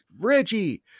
Reggie